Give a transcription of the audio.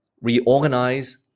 Reorganize